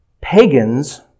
Pagans